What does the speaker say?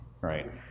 right